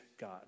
God